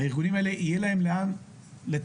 הארגונים האלה יהיה להם לאן לתכנן,